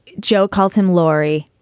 joe calls him laurie.